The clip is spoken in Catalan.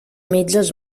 metges